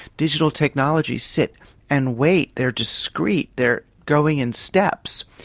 digital technologies sit and wait, they're discrete, they're growing in steps.